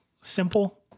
Simple